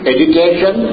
Education